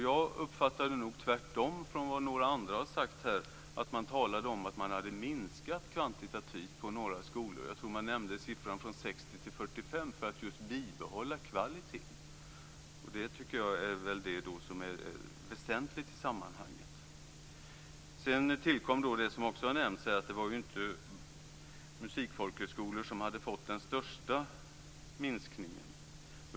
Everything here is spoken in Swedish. Jag uppfattade det nog så, tvärtemot vad några andra har sagt här, att man talade om att man hade minskat kvantitativt på några skolor. Jag tror att man nämnde en minskning från 60 till 45 för att just bibehålla kvaliteten. Det tycker jag är det väsentliga i sammanhanget. Sedan tillkom då, som också har nämnts här, att det inte var musikfolkhögskolor som hade fått den största minskningen.